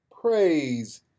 Praise